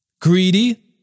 greedy